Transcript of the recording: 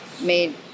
made